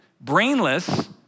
brainless